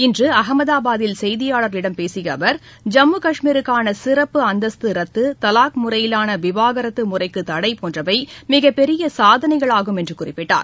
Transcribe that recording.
இன்று அகமதாபாதில் செய்தியாளர்களிடம் பேசிய அவர் ஜம்மு காஷ்மீருக்கான சிறப்பு அந்தஸ்து ரத்து தலாக் முறையிலான விவாகரத்து முறைக்கு தடை போன்றவை மிகப்பெரிய சாதனைகளாகும் என்று குறிப்பிட்டார்